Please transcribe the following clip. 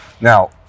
Now